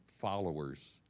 followers